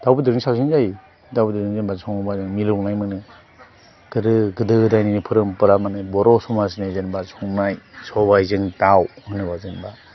दाउ बेदरजों साबसिन जायो दाउ बेदरजों जेनेबा सङोबा जों मिलौनाय मोनो गोदो गोदायनि फरमफरा मोननाय बर' समाजनि जेनेबा संनाय सबाइजों दाउ होनोबा जेनेबा